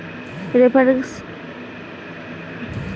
reference rate হচ্ছে অর্থনৈতিক হার যেটা অন্য চুক্তির জন্যে রেফারেন্স বানায়